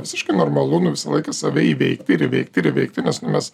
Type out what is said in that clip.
visiškai normalu nu visą laiką save įveikti ir įveikti ir įveikti nes nu mes